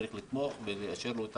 צריך לתמוך ולאשר לו את